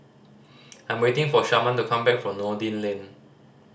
I'm waiting for Sharman to come back from Noordin Lane